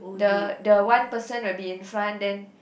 the the one person will be in front then